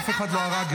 אף אחד לא הרג,